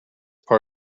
part